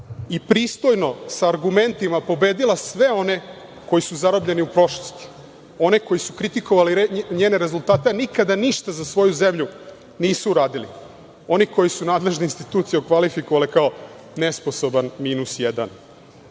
i pristojno, sa argumentima pobedila sve one koji su zarobljeni u prošlosti, one koji su kritikovali njene rezultate, a nikada ništa za svoju zemlju nisu uradili, one koji su nadležne institucije okvalifikovale kao nesposoban minus jedan,